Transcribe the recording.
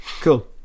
Cool